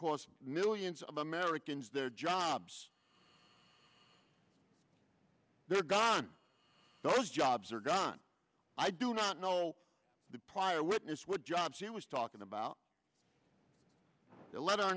cost millions of americans their jobs they're gone those jobs are gone i do not know the prior witness what jobs he was talking about the lead our